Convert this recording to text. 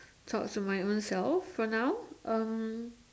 talk to my ownself for now